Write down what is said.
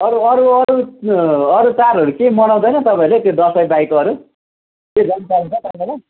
अरू अरू अरू अरू चाडहरू केही मनाउँदैन तपाईँहरूले त्यो दसैँबाहेक अरू के जानकारी छ तपाईँलाई